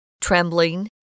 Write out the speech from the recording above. trembling